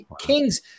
kings